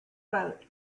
vote